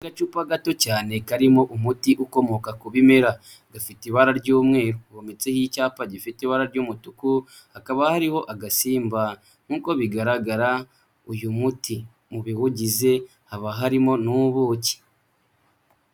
Agacupa gato cyane karimo umuti ukomoka ku bimera gafite ibara ry'umweru, wometseho icyapa gifite ibara ry'umutuku, hakaba hariho agasimba, nk'uko bigaragara uyu muti mu biwugize haba harimo n'ubuki.